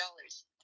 dollars